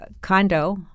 condo